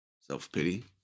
self-pity